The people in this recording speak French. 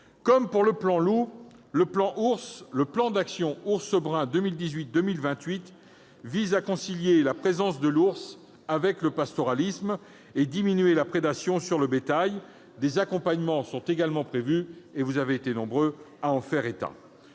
Comme pour le loup, le plan d'actions Ours brun 2018-2028 vise à concilier la présence de l'ours avec le pastoralisme et à diminuer la prédation sur le bétail. Des accompagnements sont également prévus. Vous avez été nombreux à en faire état.